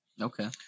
Okay